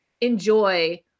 enjoy